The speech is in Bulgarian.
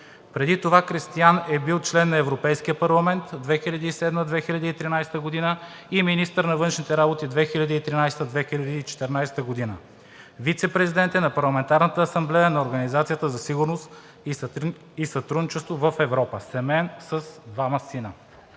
Преди това Кристиан е бил член на Европейския парламент – 2007 – 2013 г., и министър на външните работи – 2013 – 2014 г. Вицепрезидент е на Парламентарната асамблея на Организацията за сигурност и сътрудничество в Европа. Семеен, с двама синове.